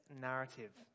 narrative